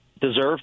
deserve